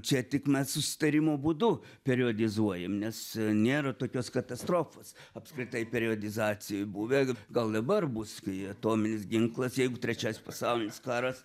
čia tik mes susitarimo būdu periodizuojam nes nėra tokios katastrofos apskritai periodizacijoj buvę gal dabar bus kai atominis ginklas jeigu trečias pasaulinis karas